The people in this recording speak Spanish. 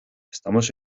estamos